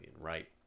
right